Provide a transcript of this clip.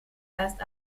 erst